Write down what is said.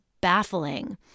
baffling